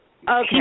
Okay